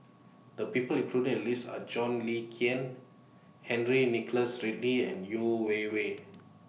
The People included in The list Are John Le Cain Henry Nicholas Ridley and Yeo Wei Wei